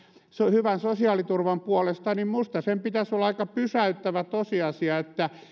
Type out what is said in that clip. hyvän sosiaaliturvan puolesta minusta sen pitäisi olla aika pysäyttävä tosiasia että